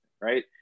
right